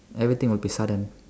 everything will be sudden